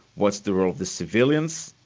what's the role of the civilians?